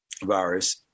virus